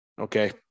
okay